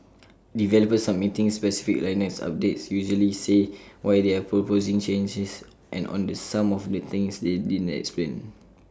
developers submitting specific Linux updates usually say why they're proposing changes and on the some of the things they didn't explain